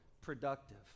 productive